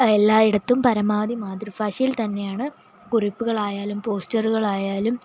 എല്ലായിടത്തും പരമാവധി മാതൃഭാഷയിൽ തന്നെയാണ് കുറിപ്പുകളായാലും പോസ്റ്ററുകളായാലും